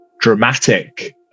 dramatic